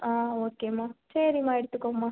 ஓகேம்மா சரிம்மா எடுத்துக்கோம்மா